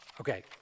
okay